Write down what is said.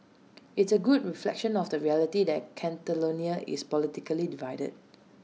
it's A good reflection of the reality that Catalonia is politically divided